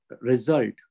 result